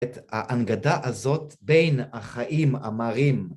‫את ההנגדה הזאת בין החיים המרים